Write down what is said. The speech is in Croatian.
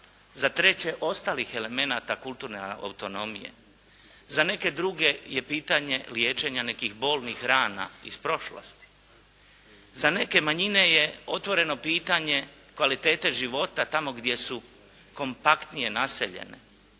za treće ostalih elemenata kulturne autonomije. Za neke druge je pitanje liječenja nekih bolnih rana iz prošlosti. Za neke manjine je otvoreno pitanje kvalitete života tamo gdje su kompaktnije naseljene,